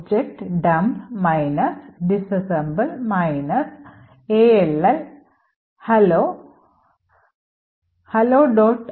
objdump disassemble all hello hello